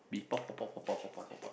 mee-pok pok pok pok pok pok pok pok